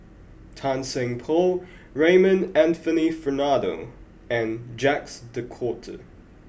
Tan Seng Poh Raymond Anthony Fernando and Jacques de Coutre